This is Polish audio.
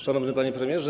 Szanowny Panie Premierze!